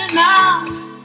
now